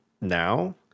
now